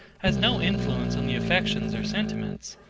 has no influence on the affections or sentiments.